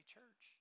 Church